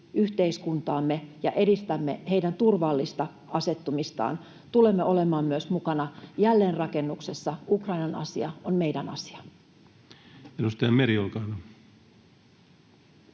yhteiskuntaamme, ja edistämme heidän turvallista asettumistaan. Tulemme olemaan myös mukana jälleenrakennuksessa. Ukrainan asia on meidän asia. [Speech 69] Speaker: